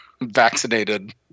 vaccinated